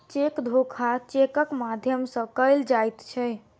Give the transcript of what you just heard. cheque धोखा चेकक माध्यम सॅ कयल जाइत छै